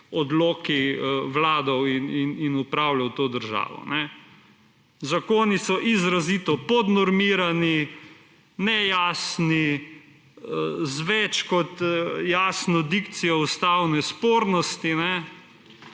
odloki vladal in upravljal to državo. Zakoni so izrazito podnormirani, nejasni, z več kot jasno dikcijo ustavne spornosti.